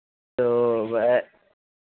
तो